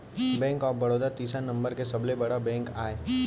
bank of Baroda तीसरा number के सबले बड़का बेंक आय